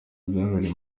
byabereye